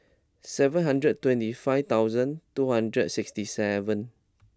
seven hundred twenty five thousand two hundred sixty seven